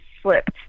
slipped